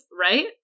right